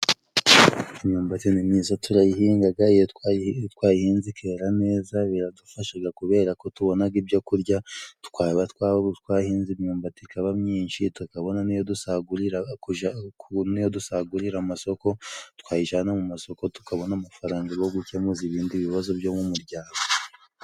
Imyumbati ni myiza turayihingaga, iyo twayihinze ikera neza biradufashaga kubera ko tubonaga ibyo kurya, twaba twahinze imyumbati ikaba myinshi tukabona n'iyo dusagurira amasoko, twayijana mu masoko tukabona amafaranga yo gukemuza ibindi bibazo byo mu muryango.